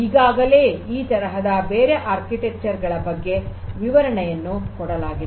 ಈಗಾಗಲೇ ಇದೇ ತರಹದ ಬೇರೆ ವಾಸ್ತುಶಿಲ್ಪಗಳ ಬಗ್ಗೆ ವಿವರಣೆಯನ್ನು ಕೊಡಲಾಗಿದೆ